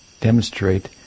demonstrate